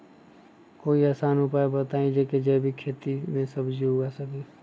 कोई आसान उपाय बताइ जे से जैविक खेती में सब्जी उगा सकीं?